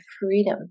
freedom